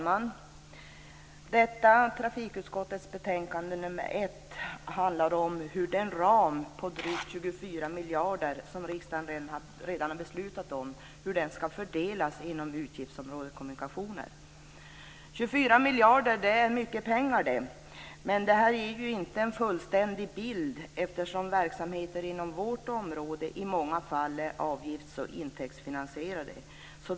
Fru talman! Trafikutskottets betänkande nr 1 handlar om hur den ram på drygt 24 miljarder som riksdagen redan har beslutat om skall fördelas inom utgiftsområdet Kommunikationer. 24 miljarder är mycket pengar. Det är dock inte en fullständig bild, eftersom verksamheter inom vårt område i många fall är avgifts och intäktsfinansierade.